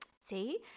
See